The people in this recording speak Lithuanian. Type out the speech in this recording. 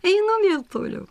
einu vėl toliau